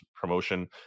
promotion